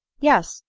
yes,